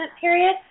period